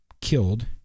killed